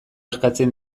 eskatzen